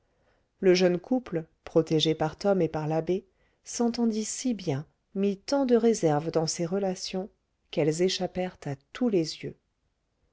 le jeune couple protégé par tom et par l'abbé s'entendit si bien mit tant de réserve dans ses relations qu'elles échappèrent à tous les yeux